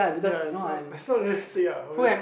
ya so like so unrealistic ah obvious